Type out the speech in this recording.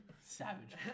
Savage